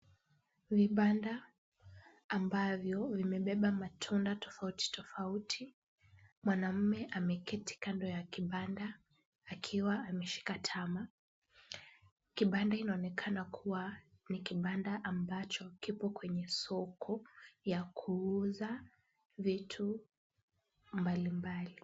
Vibanda ambavyo vimebeba matunda tofauti tofauti. Mwanamume ameketi kando ya kibanda akiwa ameshika tama. Kibanda inaonekana kuwa ni kibanda ambacho kipo kwenye soko ya kuuza vitu mbalimbali.